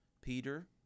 peter